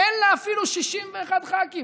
אין לה אפילו 61 ח"כים.